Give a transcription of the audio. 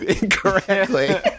incorrectly